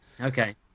Okay